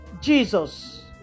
Jesus